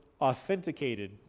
authenticated